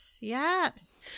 Yes